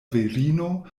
virino